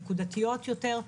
נקודתיות יותר,